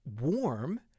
warm